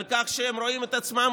כך הם רואים את עצמם,